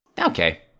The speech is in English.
okay